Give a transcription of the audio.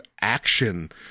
action